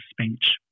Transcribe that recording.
speech